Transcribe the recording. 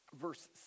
verse